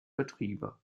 betriebe